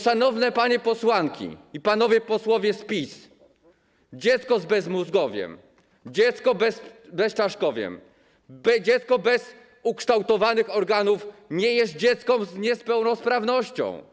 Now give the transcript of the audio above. Szanowne panie posłanki i panowie posłowie z PiS, dziecko z bezmózgowiem, dziecko z bezczaszkowiem, dziecko bez ukształtowanych organów nie jest dzieckiem z niepełnosprawnością.